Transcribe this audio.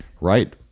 Right